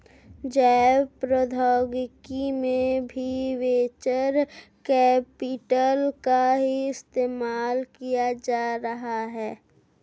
जैव प्रौद्योगिकी में भी वेंचर कैपिटल का ही इस्तेमाल किया जा रहा है